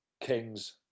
Kings